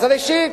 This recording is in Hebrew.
אז ראשית,